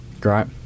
Great